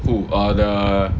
who uh the